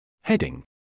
Heading